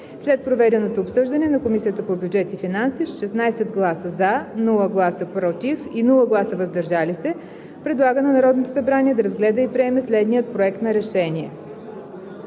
След проведеното обсъждане на Комисията по бюджет и финанси с 16 гласа „за“, без „против“ и „въздържал се“ предлага на Народното събрание да разгледа и приеме следния: „Проект! РЕШЕНИЕ